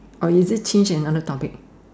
or is it change another topic